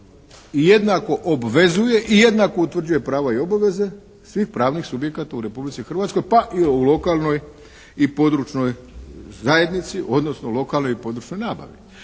i jednako obvezuje i jednako utvrđuje prava i obveze svih pravnih subjekata u Republici Hrvatskoj pa i o lokalnoj i o područnoj zajednici, odnosno lokalnoj i područnoj nabavi.